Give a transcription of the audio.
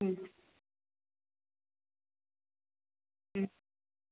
ம் ம்